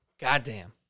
Goddamn